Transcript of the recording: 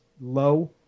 low